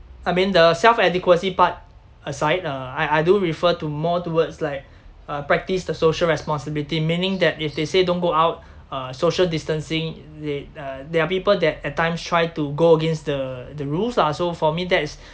I mean the self adequacy part aside uh I I do refer to more towards like uh practise the social responsibility meaning that if they say don't go out uh social distancing they uh there are people that at times try to go against the the rules lah so for me that is